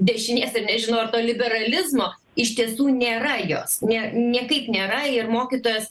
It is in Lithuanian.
dešinės ar nežinau ar to liberalizmo iš tiesų nėra jos ne niekaip nėra ir mokytojas